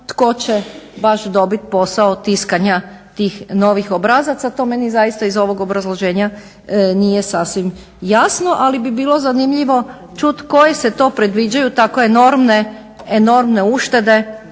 tko će baš dobiti posao tiskanja tih novih obrazaca, to meni zaista iz ovog obrazloženja nije sasvim jasno. Ali bi bilo zanimljivo koje se to predviđaju tako enormne uštede